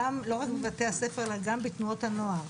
גם לא רק בבתי-הספר אלא גם בתנועות הנוער,